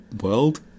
World